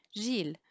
Gilles